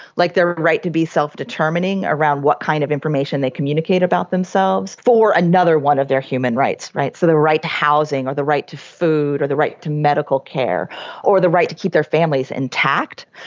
like their right to be self-determining around what kind of information they communicate about themselves, for another one of their human rights, so the right to housing or the right to food or the right to medical care or the right to keep their families intact.